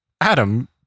Adam